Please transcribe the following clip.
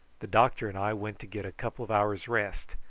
the doctor and i went to get a couple of hours' rest,